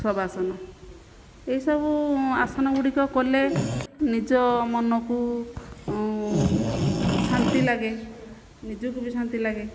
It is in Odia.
ଶବାସନ ଏଇସବୁ ଆସନ ଗୁଡ଼ିକ କଲେ ନିଜ ମନକୁ ଶାନ୍ତିଲାଗେ ନିଜକୁ ବି ଶାନ୍ତିଲାଗେ